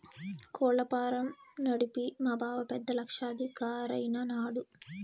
కోళ్ల ఫారం నడిపి మా బావ పెద్ద లక్షాధికారైన నాడు